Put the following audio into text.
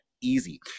easy